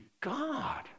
God